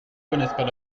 connaissent